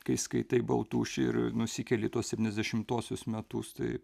kai skaitai baltušį ir nusikeli tuos septyniasdešimtuosius metus tai